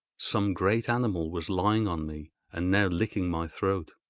some great animal was lying on me and now licking my throat.